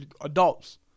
adults